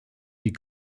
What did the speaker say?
die